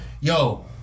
yo